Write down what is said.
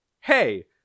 hey